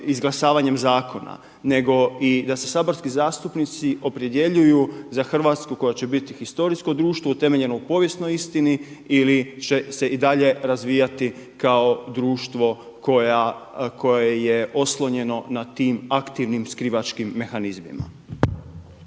izglasavanjem zakona nego i da se saborski zastupnici opredjeljuju za Hrvatsku koja će biti historijsko društvo utemeljeno u povijesnoj istini ili će se i dalje razvijati kao društvo koje je oslonjeno nad tim aktivnim skrivačkim mehanizmima.